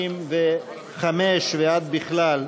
ועד 55 ועד בכלל,